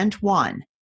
One